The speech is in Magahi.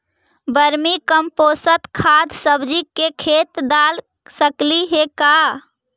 वर्मी कमपोसत खाद सब्जी के खेत दाल सकली हे का?